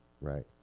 Right